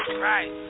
Right